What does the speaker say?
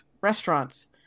restaurants